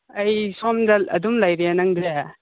ꯑꯩ ꯁꯣꯝꯗ ꯑꯗꯨꯝ ꯂꯩꯔꯤ ꯅꯪꯗꯤ